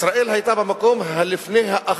ישראל היתה במקום הלפני-אחרון